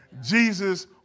Jesus